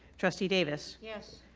trustee davis. yes.